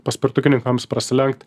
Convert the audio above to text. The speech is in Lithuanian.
paspartukininkams prasilenkt